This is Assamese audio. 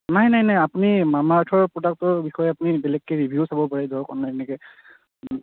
নাই নাই নাই আপুনি মামা আৰ্থৰ প্ৰডাক্টৰ বিষয়ে আপুনি বেলেগেকে ৰিভিউ চাব পাৰে ধৰক অনলাইন এনেকে